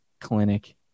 clinic